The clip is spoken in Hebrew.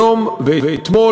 היום ואתמול,